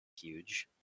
huge